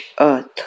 earth